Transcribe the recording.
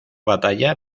batalla